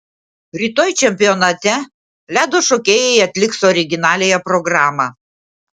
rytoj čempionate ledo šokėjai atliks originaliąją programą